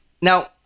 Now